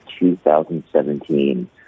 2017